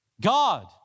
God